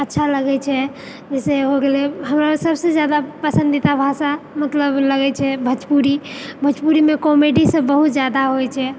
अच्छा लगैत छै जाहिसँ हो गेलय हमरा सभसँ ज्यादा पसन्दीदा भाषा मतलब लगैत छै भोजपुरी भोजपुरीमे कॉमेडीसभ बहुत ज्यादा होइत छै